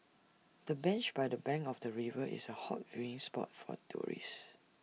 the bench by the bank of the river is A hot viewing spot for tourists